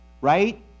right